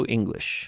English